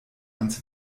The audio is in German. ans